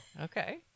okay